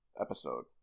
episode